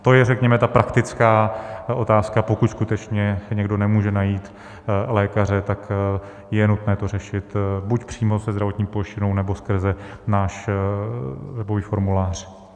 To je, řekněme, ta praktická otázka, pokud skutečně někdo nemůže najít lékaře, tak je nutné to řešit buď přímo se zdravotní pojišťovnou, nebo skrze náš webový formulář.